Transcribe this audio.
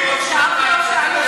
מכלוף.